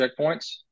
checkpoints